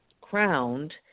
crowned